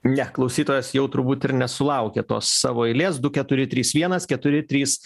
ne klausytojas jau turbūt ir nesulaukė tos savo eilės du keturi trys vienas keturi trys